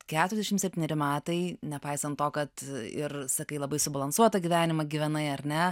keturiasdešimt septyneri metai nepaisant to kad ir sakai labai subalansuotą gyvenimą gyvenai ar ne